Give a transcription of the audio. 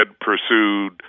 pursued